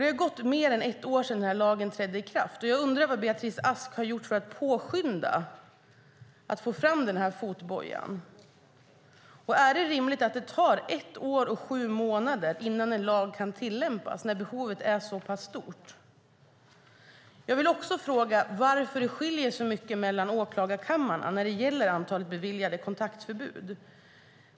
Det har gått mer än ett år sedan denna lag trädde i kraft, och jag undrar vad Beatrice Ask har gjort för att påskynda ett framtagande av denna fotboja. Är det rimligt att det tar ett år och sju månader innan en lag kan tillämpas när behovet är så pass stort? Jag vill också fråga varför det skiljer så mycket mellan åklagarkamrarna när det gäller antalet beviljade kontaktförbud.